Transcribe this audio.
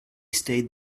stayed